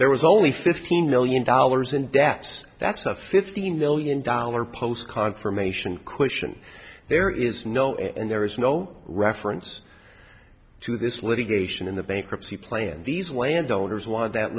there was only fifteen million dollars in debts that's a fifteen million dollars post confirmation question there is no and there is no reference to this litigation in the bankruptcy plan these whan donors wanted that